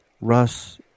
Russ